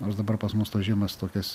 nors dabar pas mus tos žiemos tokias